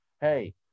hey